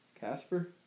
Casper